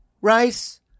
Rice